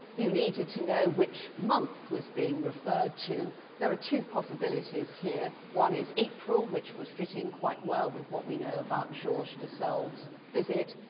you needed to know which month was being referred to, there are two possibilities here one is april which would fit in quite well with what we know about georges de selve's visit,